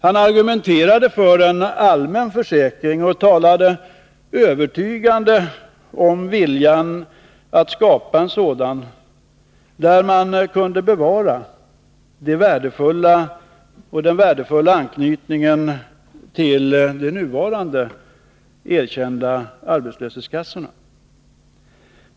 Han argumenterade för en allmän försäkring och talade övertygande om viljan att skapa en sådan, där man kunde bevara den värdefulla anknytningen till de nuvarande erkända arbetslöshetskassorna.